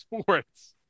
sports